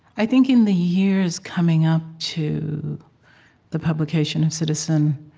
i think, in the years coming up to the publication of citizen,